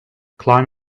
climb